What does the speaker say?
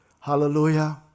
Hallelujah